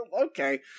Okay